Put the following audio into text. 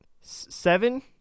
seven